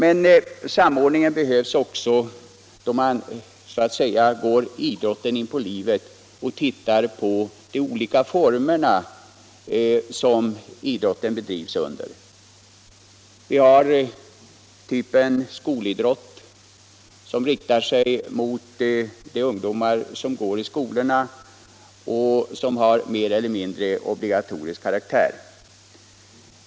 En samordning behövs också då man så att säga går idrotten in på livet och tittar på idrottens olika verksamhetsformer. Vi har skolidrotten, som riktar sig till de ungdomar som går i skolorna, en idrott som har en mer eller mindre obligatorisk karaktär.